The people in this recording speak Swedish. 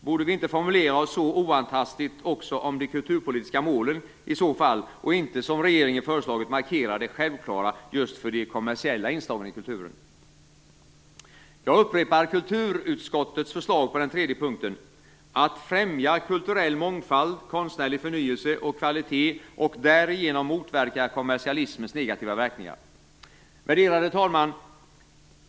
Borde vi inte formulera oss så oantastligt också om de kulturpolitiska målen i så fall och inte, som regeringen föreslagit, markera det självklara just för de kommersiella inslagen i kulturen? Jag upprepar kulturutskottets förslag för den tredje punkten: "att främja kulturell mångfald, konstnärlig förnyelse och kvalitet och därigenom motverka kommersialismens negativa verkningar." Värderade talman!